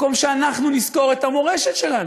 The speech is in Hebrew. במקום שאנחנו נזכור את המורשת שלנו,